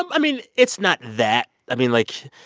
um i mean, it's not that. i mean, like,